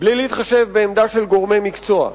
בלי להתחשב בעמדה של גורמי מקצוע.